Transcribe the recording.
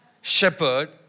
shepherd